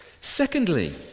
Secondly